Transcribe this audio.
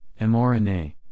mRNA